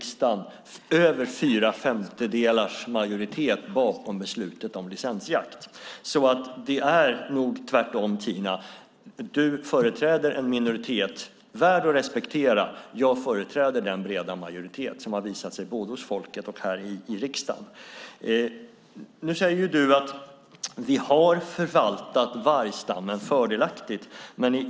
Över fyra femtedelars majoritet står bakom beslutet om licensjakt. Så det är nog tvärtom, Tina. Du företräder en minoritet, värd att respektera. Jag företräder den breda majoritet som har visat sig finnas både hos folket och här i riksdagen. Du säger att ni har förvaltat vargstammen fördelaktigt.